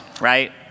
right